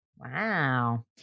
Wow